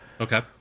Okay